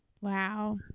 Wow